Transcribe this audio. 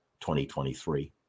2023